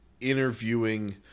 interviewing